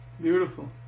Beautiful